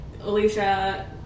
Alicia